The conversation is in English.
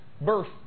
birth